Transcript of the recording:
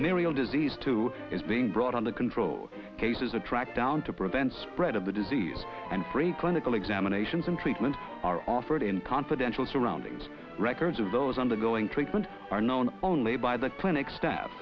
when arial disease too is being brought under control or cases of track down to prevent spread of the disease and break clinical examinations and treatments are offered in confidential surroundings records of those undergoing treatment are known only by the clinic staff